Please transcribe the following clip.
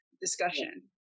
discussion